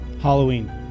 Halloween